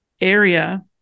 area